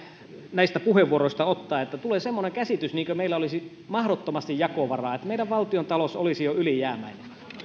näistä puheenvuoroista ottaa että tulee semmoinen käsitys niin kuin meillä olisi mahdottomasti jakovaraa että meidän valtiontalous olisi jo ylijäämäinen